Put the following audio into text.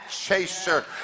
chaser